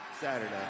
Saturday